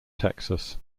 texas